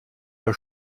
der